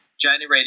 generating